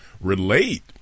relate